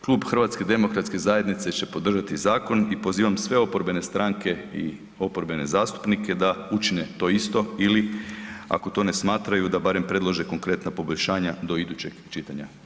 Klub HDZ-a će podržati zakon i pozivam sve oporbene stranke i oporbene zastupnike da učine to isto ili ako to ne smatraju da barem predlože konkretna poboljšanja do idućeg čitanja.